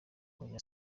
hoya